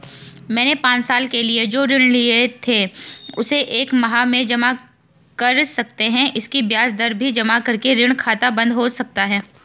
मैंने पांच साल के लिए जो ऋण लिए थे उसे एक माह में जमा कर सकते हैं इसकी ब्याज दर भी जमा करके ऋण खाता बन्द हो सकता है?